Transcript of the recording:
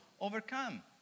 overcome